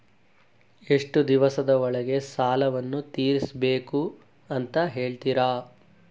ಎಷ್ಟು ದಿವಸದ ಒಳಗೆ ಸಾಲವನ್ನು ತೀರಿಸ್ಬೇಕು ಅಂತ ಹೇಳ್ತಿರಾ?